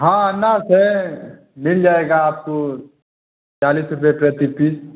हाँ अनानास है मिल जाएगा आपको चालीस रुपये प्रति पीस